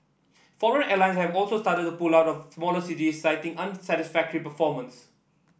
foreign airlines have also started to pull out of smaller cities citing unsatisfactory performance